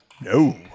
No